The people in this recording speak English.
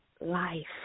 life